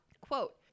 Quote